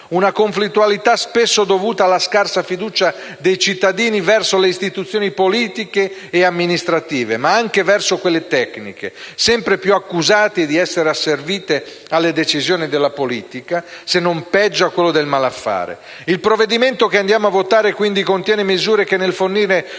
di conflittualità sociale, spesso dovuta alla scarsa fiducia dei cittadini verso le istituzioni politiche e amministrative, ma anche verso quelle tecniche, sempre più accusate di essere asservite alle decisioni della politica, se non - peggio - a quelle del malaffare. Il provvedimento che andiamo a votare, quindi, contiene misure che, nel fornire più